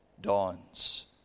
dawns